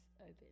open